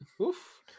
Oof